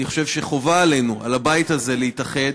אני חושב שחובה עלינו, על הבית הזה, להתאחד.